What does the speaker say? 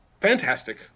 fantastic